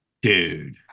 Dude